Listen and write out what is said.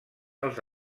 als